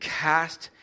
cast